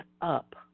up